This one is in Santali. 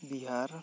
ᱵᱤᱦᱟᱨ